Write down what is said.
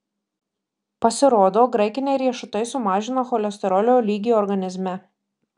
pasirodo graikiniai riešutai sumažina cholesterolio lygį organizme